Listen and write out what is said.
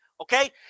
Okay